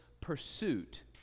pursuit